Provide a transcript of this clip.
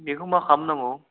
बेखौ मा खालामनांगौ